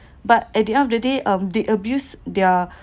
but at the end of the day um they abuse their